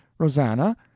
rosannah?